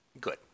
good